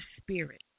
spirit